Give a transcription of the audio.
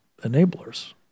enablers